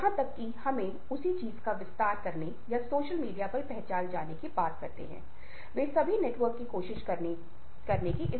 क्योंकि मस्तिष्क कोशिका की सौम्यता के साथ 17 वर्ष या 20 वर्ष की आयु तक बुद्धिमत्ता बढ़ती है फिर यह 60 वर्ष की आयु तक स्थिर रहती है